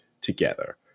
together